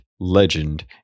legend